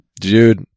dude